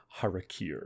Harakir